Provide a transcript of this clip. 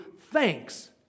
thanks